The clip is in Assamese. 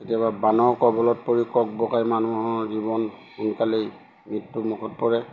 কেতিয়াবা বানৰ কবলত পৰি কক বকাই মানুহৰ জীৱন সোনকালেই মৃত্যুমুখত পৰে